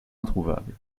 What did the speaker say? introuvable